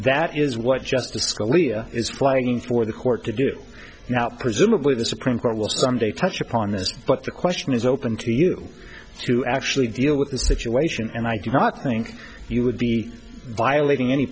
that is what justice scalia is applying for the court to do now presumably the supreme court will someday touch upon this but the question is open to you to actually deal with the situation and i do not think you would be violating any